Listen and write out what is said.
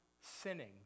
sinning